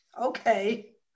Okay